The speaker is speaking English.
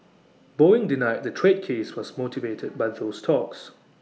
boeing denied the trade case was motivated by those talks